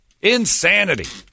insanity